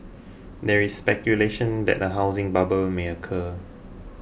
there is speculation that a housing bubble may occur